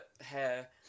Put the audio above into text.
hair